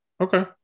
Okay